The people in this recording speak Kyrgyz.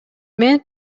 мен